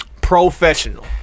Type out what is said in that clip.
Professional